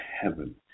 heaven